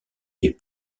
est